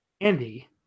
Andy